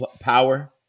power